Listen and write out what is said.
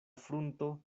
frunto